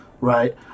right